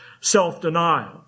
self-denial